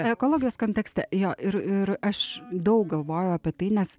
ekologijos kontekste jo ir ir aš daug galvoju apie tai nes